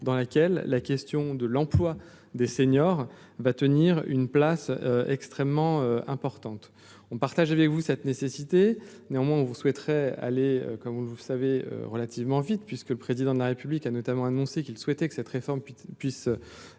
dans laquelle la question de l'emploi des seniors va tenir une place extrêmement importante, on partage avec vous cette nécessité, néanmoins on vous souhaiteraient aller comme vous le savez, relativement vite, puisque le président de la République a notamment annoncé qu'il souhaitait que cette réforme puisse